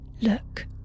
Look